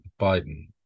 Biden